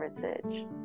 heritage